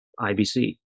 IBC